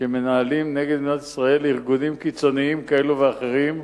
שמנהלים נגד מדינת ישראל ארגונים קיצוניים כאלה ואחרים,